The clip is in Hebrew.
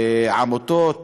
עמותות